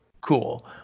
cool